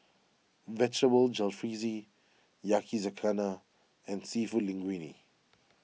Vegetable Jalfrezi Yakizakana and Seafood Linguine